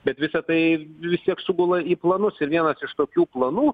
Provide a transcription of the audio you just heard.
bet visa tai vis tiek sugula į planus ir vienas iš tokių planų